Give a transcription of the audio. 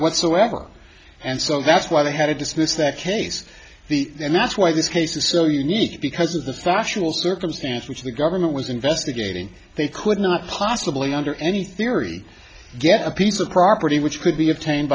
whatsoever and so that's why they had to dismiss that case the and that's why this case is so unique because of the factual circumstance which the government was investigating they could not possibly under any theory get a piece of property which could be obtained